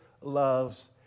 loves